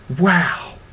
wow